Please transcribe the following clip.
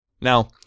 Now